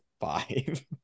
five